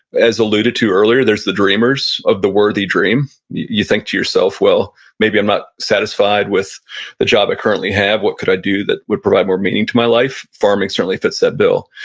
as i alluded to earlier, there's the dreamers of the worthy dream. you think to yourself, well, maybe i'm not satisfied with the job i currently have. what could i do that would provide more meaning to my life? farming certainly fits that bill.